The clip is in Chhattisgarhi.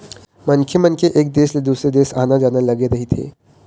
मनखे मन के एक देश ले दुसर देश आना जाना लगे रहिथे